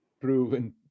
proven